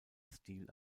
stil